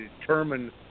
determine